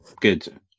Good